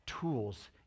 tools